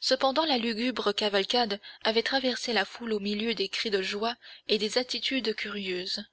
cependant la lugubre cavalcade avait traversé la foule au milieu des cris de joie et des attitudes curieuses